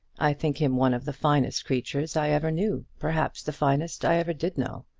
i think him one of the finest creatures i ever knew perhaps the finest i ever did know.